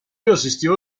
asistió